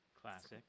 Classic